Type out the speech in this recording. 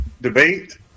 debate